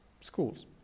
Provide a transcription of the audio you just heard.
schools